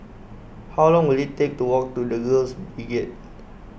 how long will it take to walk to the Girls Brigade